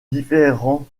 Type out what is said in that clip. différents